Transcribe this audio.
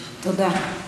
תודה.